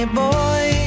boy